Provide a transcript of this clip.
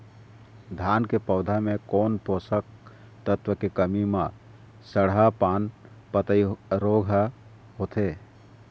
धान के पौधा मे कोन पोषक तत्व के कमी म सड़हा पान पतई रोग हर होथे?